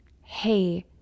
hey